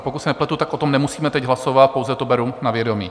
Pokud jsme pro, tak o tom nemusíme teď hlasovat, pouze to beru na vědomí.